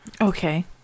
Okay